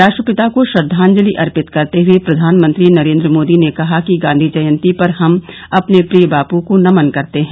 राष्ट्रपिता को श्रद्वांजलि अर्पित करते हए प्रधानमंत्री नरेन्द्र मोदी ने कहा कि गांधी जयंती पर हम अपने प्रिय बापू को नमन करते हैं